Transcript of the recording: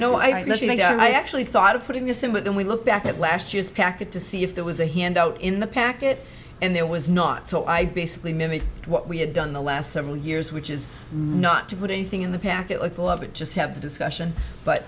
you think i actually thought of putting this in but then we look back at last year's packet to see if there was a handout in the packet and there was not so i basically mimic what we had done the last several years which is not to put anything in the package i thought of it just to have the discussion but